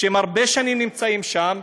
שהם הרבה שנים נמצאים שם,